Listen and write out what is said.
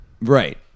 Right